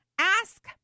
ask